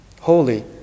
holy